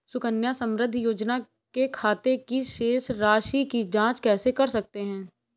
सुकन्या समृद्धि योजना के खाते की शेष राशि की जाँच कैसे कर सकते हैं?